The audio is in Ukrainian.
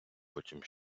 потім